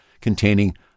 containing